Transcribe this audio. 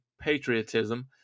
patriotism